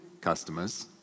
customers